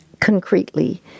concretely